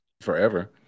forever